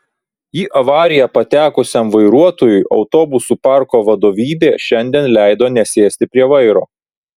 į avariją patekusiam vairuotojui autobusų parko vadovybė šiandien leido nesėsti prie vairo